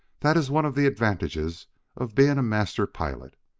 that is one of the advantages of being a master pilot.